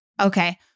Okay